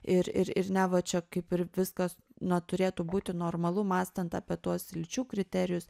ir ir ir neva čia kaip ir viskas na turėtų būti normalu mąstant apie tuos lyčių kriterijus